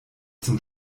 zum